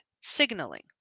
signaling